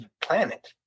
Planet